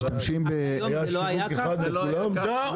היה שיווק אחד לכולם?